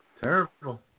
Terrible